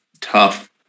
tough